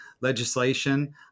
legislation